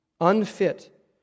unfit